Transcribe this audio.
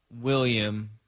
William